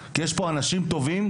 כי יש פה אנשים טובים,